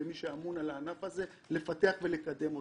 כמי שאמון על הענף הזה לפתח ולקדם אותו.